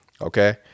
Okay